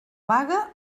vaga